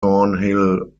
thornhill